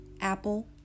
Apple